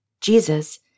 Jesus